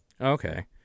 Okay